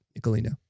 Nicolino